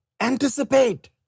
anticipate